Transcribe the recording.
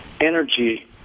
Energy